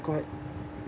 got